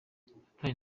satani